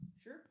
Sure